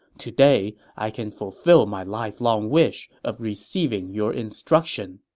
today, i can fulfill my lifelong wish of receiving your instruction.